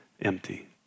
empty